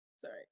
sorry